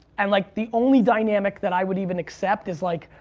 and like the only dynamic that i would even accept is like,